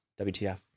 WTF